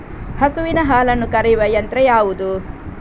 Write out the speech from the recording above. ಹಸುವಿನ ಹಾಲನ್ನು ಕರೆಯುವ ಯಂತ್ರ ಯಾವುದು?